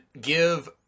give